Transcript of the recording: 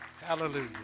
Hallelujah